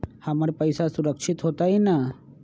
हमर पईसा सुरक्षित होतई न?